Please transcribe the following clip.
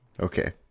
Okay